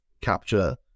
capture